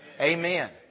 Amen